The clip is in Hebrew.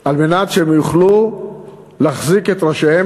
על מנת שהם יוכלו להחזיק את ראשיהם